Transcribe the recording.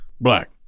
Black